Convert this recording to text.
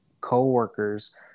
co-workers